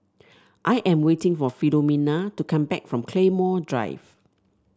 I am waiting for Filomena to come back from Claymore Drive